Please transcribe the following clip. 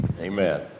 amen